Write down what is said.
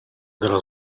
della